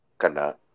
Kana